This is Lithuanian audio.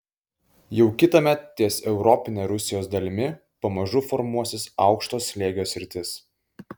jau kitąmet ties europine rusijos dalimi pamažu formuosis aukšto slėgio sritis